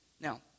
Now